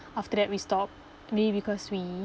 after that we stopped maybe because we